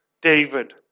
David